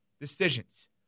decisions